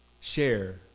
share